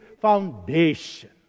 foundation